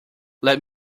let